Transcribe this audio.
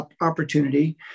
opportunity